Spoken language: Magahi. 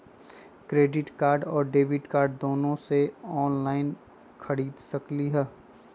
क्रेडिट कार्ड और डेबिट कार्ड दोनों से ऑनलाइन खरीद सकली ह?